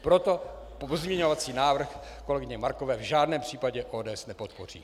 Proto pozměňovací návrh kolegyně Markové v žádném případě ODS nepodpoří.